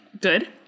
Good